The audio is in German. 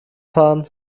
fahren